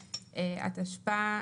התשפ"א,